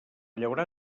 llaurar